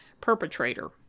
perpetrator